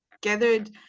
gathered